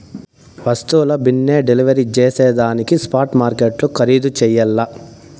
వస్తువుల బిన్నే డెలివరీ జేసేదానికి స్పాట్ మార్కెట్లు ఖరీధు చెయ్యల్ల